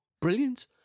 Brilliant